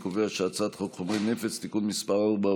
אני קובע שהצעת חוק חומרי נפץ (תיקון מס' 4,